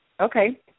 Okay